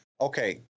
Okay